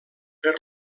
per